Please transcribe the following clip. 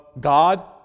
God